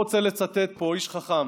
לצטט פה איש חכם,